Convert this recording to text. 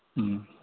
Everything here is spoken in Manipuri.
ꯎꯝ